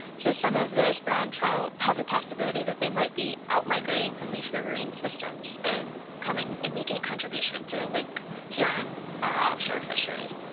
so some of those brown trout have the possibility that they might be out migrating from these riverine systems and coming and making a contribution to lake huron offshore fishery.